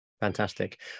Fantastic